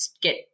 get